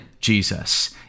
Jesus